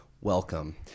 Welcome